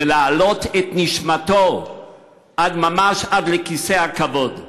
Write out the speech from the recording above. ולהעלות את נשמתו ממש עד לכיסא הכבוד.